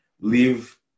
Leave